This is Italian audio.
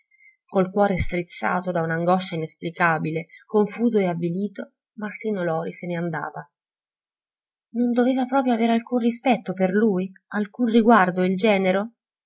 col cuore strizzato da un'angoscia inesplicabile confuso e avvilito martino lori se n'andava non doveva proprio avere alcun rispetto per lui alcun riguardo il genero